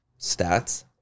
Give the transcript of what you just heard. Stats